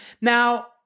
Now